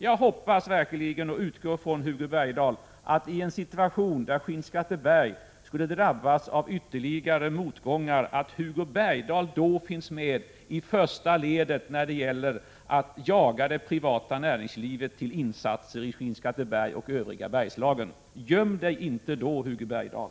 Jag hoppas verkligen och utgår ifrån, Hugo Bergdahl, att i en situation då Skinnskatteberg skulle drabbas av ytterligare motgångar kommer Hugo Bergdahl att finnas med i första ledet när det gäller att jaga det privata näringslivet till insatser i Skinnskatteberg och övriga Bergslagen. Göm er inte då, Hugo Bergdahl!